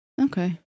Okay